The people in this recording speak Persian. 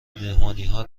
مهمانیها